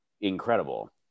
incredible